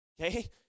Okay